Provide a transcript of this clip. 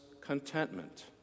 contentment